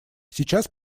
сейчас